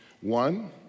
One